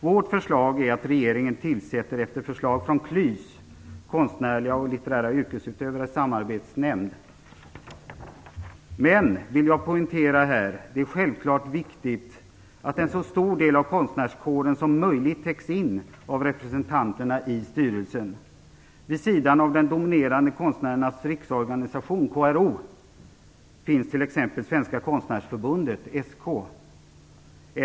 Vårt förslag är att regeringen följer förslaget från KLYS, Konstnärliga och litterära yrkesutövares samarbetsnämnd. Men jag vill poängtera att det självfallet är viktigt att en så stor del av konstnärskåren som möjligt täcks in av representanterna i styrelsen. Vid sidan av den dominerande Konstnärernas riksorganisation, KRO, finns t.ex. Svenska Konstnärsförbundet, SK.